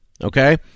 okay